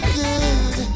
good